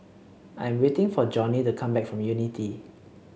I'm waiting for Johney to come back from Unity